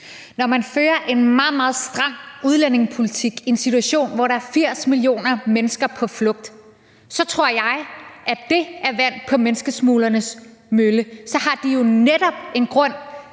Når man fører en meget, meget stram udlændingepolitik i en situation, hvor der er 80 millioner mennesker på flugt, så tror jeg, at det er vand på menneskesmuglernes mølle, for så har de jo netop en grund